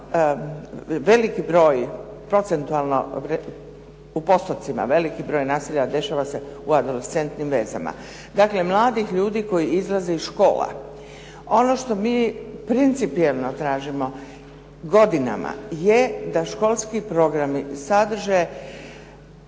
Veliki broj, u postocima veliki broj nasilja dešava se u adolescentnim vezama, dakle mladih ljudi koji izlaze iz škola. Ono što mi principijelno tražimo godinama je da školski programi sadrže